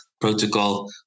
protocol